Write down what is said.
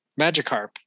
Magikarp